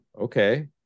okay